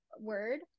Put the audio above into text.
word